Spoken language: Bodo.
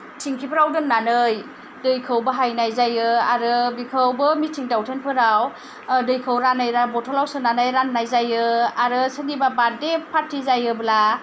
थिंकिफोराव दोननानै दैखौ बाहायनाय जायो आरो बिखौबो मिथिं दावथिंफोराव दैखौ रानै बथलाव सोनानै राननाय जायो आरो सोरनिबा बार्डे पार्टि जायोब्ला